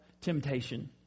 temptation